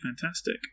fantastic